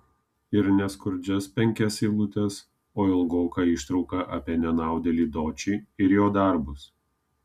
ir ne skurdžias penkias eilutes o ilgoką ištrauką apie nenaudėlį dočį ir jo darbus